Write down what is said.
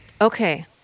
Okay